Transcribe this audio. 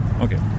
Okay